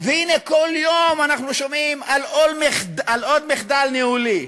והנה כל יום אנחנו שומעים על עוד מחדל ניהולי,